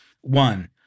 One